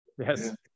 Yes